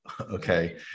okay